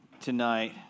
tonight